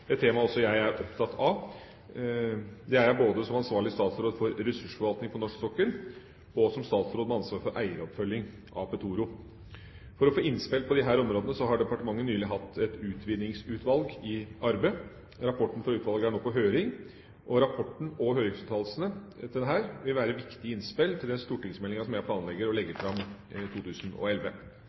et tema også jeg er opptatt av. Det er jeg både som ansvarlig statsråd for ressursforvaltning på norsk sokkel, og som statsråd med ansvar for eieroppfølging av Petoro. For å få innspill på disse områdene har departementet nylig hatt et utvinningsutvalg i arbeid. Rapporten for utvalget er nå på høring, og rapporten og høringsuttalelsene til denne vil være et viktig innspill til den stortingsmeldinga som jeg planlegger å legge fram i 2011.